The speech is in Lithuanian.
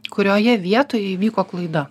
kurioje vietoje įvyko klaida